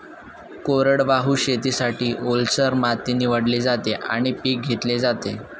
कोरडवाहू शेतीसाठी, ओलसर माती निवडली जाते आणि पीक घेतले जाते